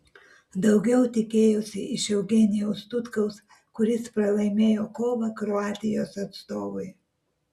daugiau tikėjausi iš eugenijaus tutkaus kuris pralaimėjo kovą kroatijos atstovui